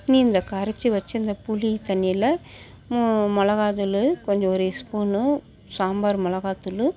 நீ இந்த கரைச்சி வச்சுருந்த புளி தண்ணியில் மிளகாத்தூளு கொஞ்சம் ஒரு ஸ்பூனு சாம்பார் மிளகாத்தூளு